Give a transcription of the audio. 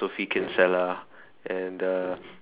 Sophie Kinsella and uh